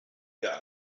der